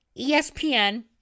ESPN